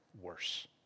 worse